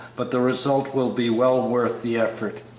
but the result will be well worth the effort.